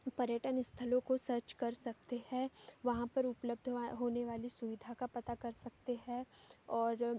पर्यटन स्थलों को सर्च कर सकते हैं वहाँ पर उपलब्ध वहाँ होने वाली सुविधा का पता कर सकते हैं और